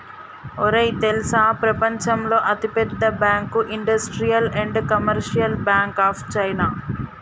ఒరేయ్ తెల్సా ప్రపంచంలో అతి పెద్ద bank industrial and commercial bank of China